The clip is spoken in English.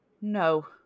No